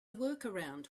workaround